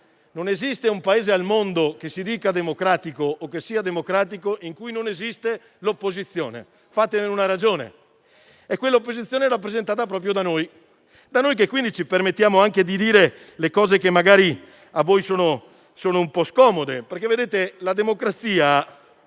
Non esiste un Paese al mondo che si dica o che sia democratico in cui non esiste l'opposizione, fatevene una ragione, e quell'opposizione è rappresentata proprio da noi, che quindi ci permettiamo anche di dire cose che magari a voi sono un po' scomode. La democrazia